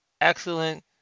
excellent